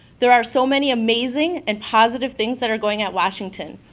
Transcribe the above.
there are so many amazing and positive things that are going at washington,